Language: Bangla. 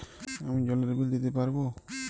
আমি জলের বিল দিতে পারবো?